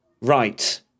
right